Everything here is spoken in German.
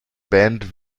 band